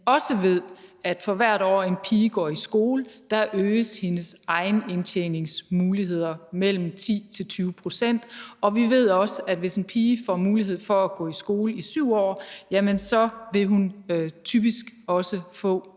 at vi også ved, at for hvert år en pige går i skole, øges hendes egenindtjeningsmuligheder mellem 10-20 pct., og vi ved også, at hvis en pige får mulighed for at gå i skole i 7 år, vil hun typisk også få